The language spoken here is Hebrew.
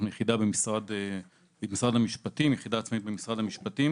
אנחנו יחידה עצמאית במשרד המשפטים